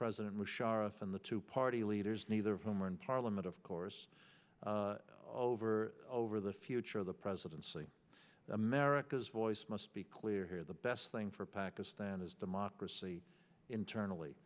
president musharraf and the two party leaders neither of whom are in parliament of course over over the future of the presidency america's voice must be clear the best thing for pakistan is democracy internally